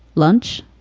lunch,